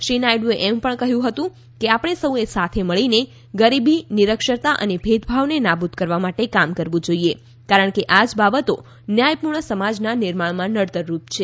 શ્રી નાયડુએ એમ પણ કહ્યું હતું કે આપણે સૌએ સાથે મળીને ગરીબી નિરક્ષરતા અને ભેદભાવને નાબૂદ કરવા માટે કામ કરવું જોઇએ કારણ કે આજ બાબતો ન્યાયપૂર્ણ સમાજના નિર્માણમાં નડતરરૂપ છે